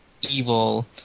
evil